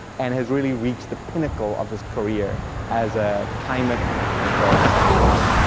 and has really reached the pinnacle of his career as a climate and atmospheric scientist.